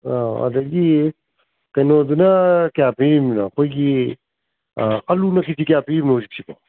ꯑꯗꯨꯗꯒꯤ ꯀꯩꯅꯣꯗꯨꯅ ꯀꯌꯥ ꯄꯤꯔꯤꯕꯅꯣ ꯑꯩꯈꯣꯏꯒꯤ ꯑꯂꯨꯅ ꯀꯦ ꯖꯤ ꯀꯌꯥ ꯄꯤꯔꯤꯃꯣ ꯍꯧꯖꯤꯛꯁꯤꯕꯨ